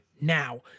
now